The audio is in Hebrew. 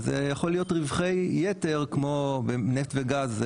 וזה יכול להיות רווחי יתר כמו בנפט וגז,